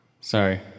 Sorry